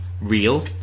real